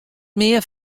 mear